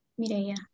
Mireya